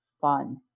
fun